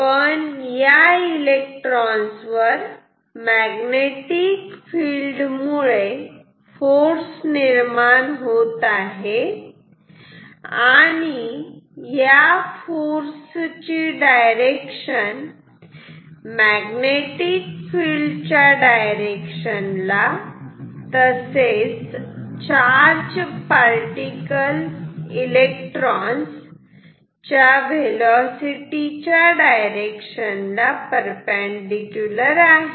पण या इलेक्ट्रॉन्स वर मॅग्नेटिक फिल्ड मुळे फोर्स निर्माण होत आहे आणि या फोर्सची डायरेक्शन मॅग्नेटिक फिल्ड च्या डायरेक्शन ला तसेच या चार्ज पार्टिकल इलेक्ट्रॉन्स च्या वेलोसिटी च्या डायरेक्शन ला परपेंडीकुलर आहे